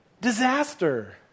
disaster